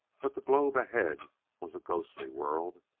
but the globe ahead was a ghostly world.